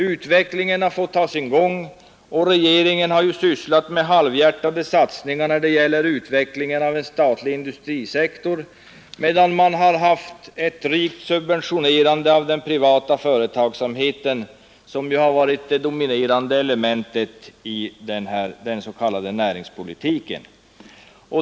Utvecklingen har fått ha sin gång, och regeringen har gjort halvhjärtade satsningar när det gällt utvidgningen av en statlig industrisektor, medan en rik subventionering av den privata företagsamheten har varit det dominerande elementet i den s.k. näringspolitiken.